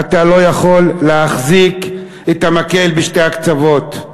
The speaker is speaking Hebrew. אתה לא יכול להחזיק את המקל בשני הקצוות,